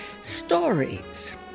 Stories